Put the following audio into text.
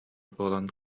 буолан